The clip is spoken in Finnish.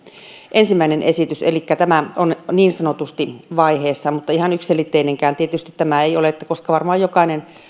ensimmäinen esitys elikkä tämä on niin sanotusti vaiheessa mutta ihan yksiselitteinenkään tämä ei tietysti ole koska varmaan jokainen